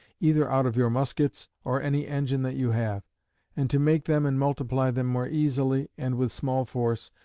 either out of your muskets or any engine that you have and to make them and multiply them more easily, and with small force,